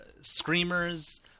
Screamers